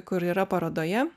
kur yra parodoje